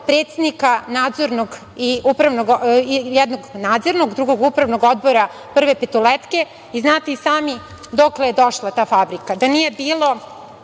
predsednika jednog Nadzornog i drugog Upravnog odbora „Prve Petoletke“. Znate i sami dokle je došla ta fabrika. Do nije bilo